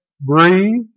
breathe